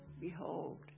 Behold